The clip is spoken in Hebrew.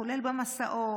כולל במסעות,